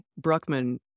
Bruckman